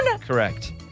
Correct